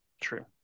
true